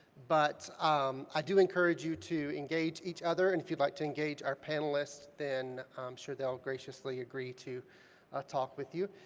but i do encourage you to engage each other, and if you'd like to engage our panelists, then i'm sure they'll graciously agree to talk with you,